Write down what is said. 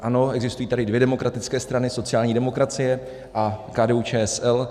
Ano, existují tady dvě demokratické strany sociální demokracie a KDUČSL.